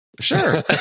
Sure